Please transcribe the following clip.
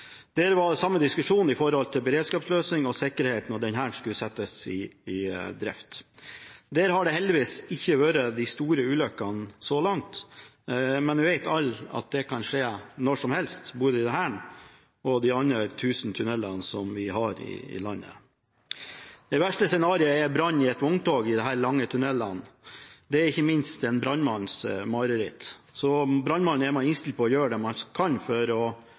var samme diskusjon om beredskapsløsning og sikkerhet da denne skulle settes i drift. Der har det heldigvis ikke vært de store ulykkene så langt, men vi vet alle at det kan skje når som helst, både her og i de andre tusen tunnelene som vi har i landet. Det verste scenarioet er brann i et vogntog i disse lange tunnelene. Det er ikke minst en brannmanns mareritt. Som brannmann er man innstilt på å gjøre det man kan